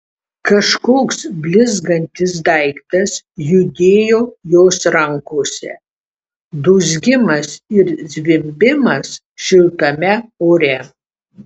kažkoks blizgantis daiktas judėjo jos rankose dūzgimas ir zvimbimas šiltame ore